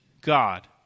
God